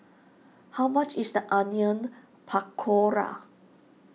how much is the Onion Pakora